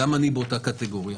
גם אני באותה קטגוריה,